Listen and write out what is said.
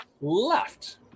Left